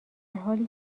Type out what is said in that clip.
حالی